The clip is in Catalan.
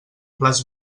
les